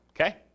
okay